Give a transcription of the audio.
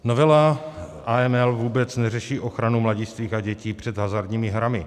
Novela AML vůbec neřeší ochranu mladistvých a dětí před hazardními hrami.